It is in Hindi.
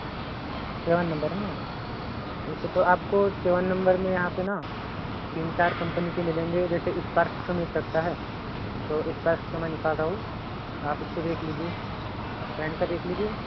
सेवन नंबर है ना अच्छा तो आपको सेवन नंबर में यहाँ पे ना तीन चार कंपनी के मिलेंगे जैसे स्पार्क का मिल सकता है तो स्पार्क का मैं निकाल रहा हूं तो आप इसको देख लीजिए पहन कर देख लीजिए